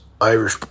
Irish